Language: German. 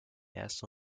erste